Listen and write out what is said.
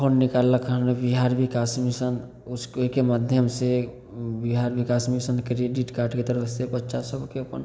form निकाललक हँ Bihar Vikas mission ओ उसके माध्यमसे बिहार विकास मिशन क्रेडिट कार्डके तरफसे बच्चासभकेँ अपन